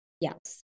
Yes